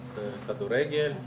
כדורגל,